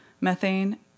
methane